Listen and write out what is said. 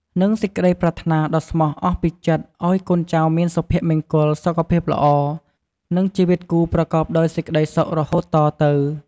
និងសេចក្តីប្រាថ្នាដ៏ស្មោះអស់ពីចិត្តឲ្យកូនចៅមានសុភមង្គល សុខភាពល្អ និងជីវិតគូប្រកបដោយសេចក្តីសុខរហូតតទៅ។